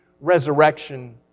resurrection